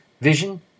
Vision